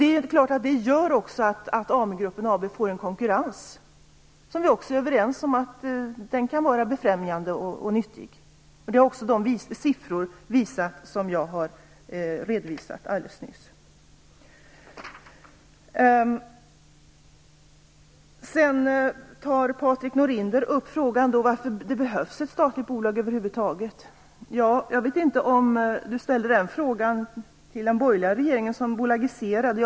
Detta gör självfallet också att AMU-gruppen AB utsätts för en konkurrens, som vi också är överens om kan vara befrämjande och nyttig. Det har även de siffror visat som jag alldeles nyss redovisade. Patrik Norinder tar upp frågan om varför det behövs ett statligt bolag över huvud taget. Jag vet inte om han ställde den frågan till den borgerliga regeringen som bolagiserade AMU.